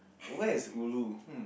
where is ulu hmm